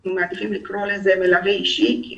אנחנו מעדיפים לקרוא לזה מלווה אישי ולא סייעת רפואית